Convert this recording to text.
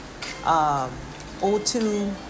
O2